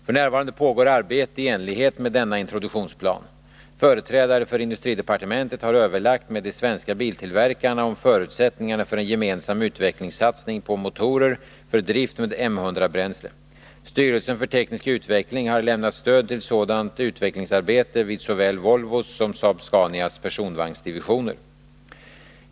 Företrädare för industridepartementet har överlagt med de svenska biltillverkarna om förutsättningarna för en gemensam utvecklingssatsning på motorer för drift med M100-bränsle. Styrelsen för teknisk utveckling har lämnat stöd till sådant utvecklingsarbete vid såväl Volvos som Saab-Scanias personvagnsdivisioner.